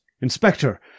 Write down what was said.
Inspector